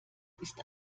ist